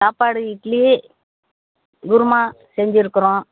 சாப்பாடு இட்லி குருமா செஞ்சுருக்குறோம்